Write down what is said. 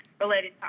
related